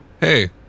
hey